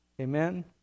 amen